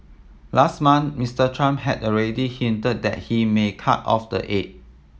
last month Msiter Trump had already hinted that he may cut off the aid